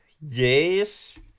Yes